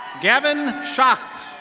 gavin schatt.